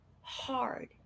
hard